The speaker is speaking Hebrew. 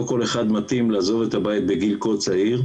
כל אחד מתאים לעזוב את הבית בגיל כה צעיר.